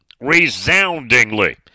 Resoundingly